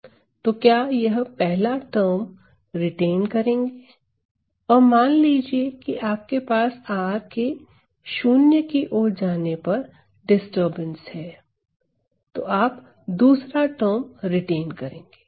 तो आप यह पहला टर्म रिटेन करेंगे और मान लीजिए कि आपके पास r के शून्य की ओर जाने पर डिस्टरबेंस है तो आप दूसरा टर्म रिटेन करेंगे